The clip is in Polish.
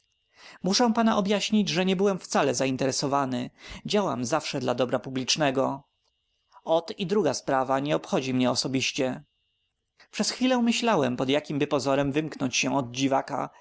muszę pana objaśnić że nie byłem wcale interesowany działam zawsze dla dobra publicznego ot i druga sprawa nie obchodzi mnie osobiście a jednak wykryłem rzecz bardzo ważną przed chwila myślałem pod jakimby pozorem wymknąć się od dziwaka